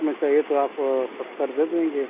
इतना चाहिए तो आप सत्तर दे देंगे